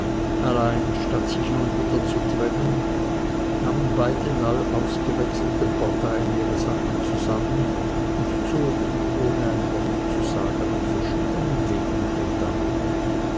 allein statt sich nun wieder zu trennen nahmen beide neu ausgewechselten parteien ihre sachen zusammen und zogen ohne ein wort zu sagen auf verschiedenen wegen von dannen